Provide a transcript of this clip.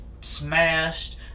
smashed